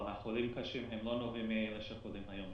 אבל החולים הקשים הם לא נובעים מהחולים שחולים היום,